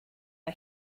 mae